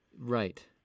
Right